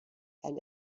and